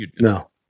No